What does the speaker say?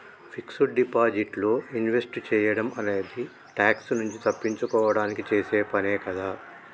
fixed deposit లో invest సేయడం అనేది ట్యాక్స్ నుంచి తప్పించుకోడానికి చేసే పనే కదా